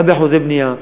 גם באחוזי בנייה,